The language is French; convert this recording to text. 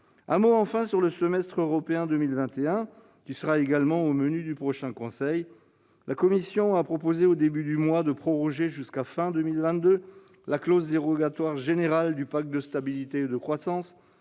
Un mot enfin sur le semestre européen 2021, qui sera également au menu du prochain Conseil. La Commission a proposé au début du mois de proroger jusqu'à la fin 2022 la clause dérogatoire générale du pacte de stabilité et de croissance,